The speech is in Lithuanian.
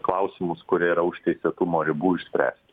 klausimus kurie yra už teisėtumo ribų išspręsti